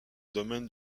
domaine